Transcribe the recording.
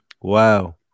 Wow